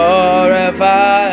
Forever